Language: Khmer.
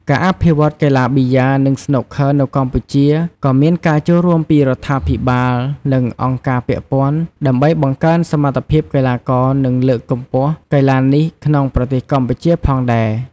ការអភិវឌ្ឍន៍កីឡាប៊ីយ៉ា និងស្នូកឃ័រនៅកម្ពុជាក៏មានការចូលរួមពីរដ្ឋាភិបាល និងអង្គការពាក់ព័ន្ធ ដើម្បីបង្កើនសមត្ថភាពកីឡាករ និងលើកកម្ពស់កីឡានេះក្នុងប្រទេសកម្ពុជាផងដែរ។